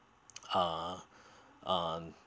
uh um